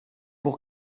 pour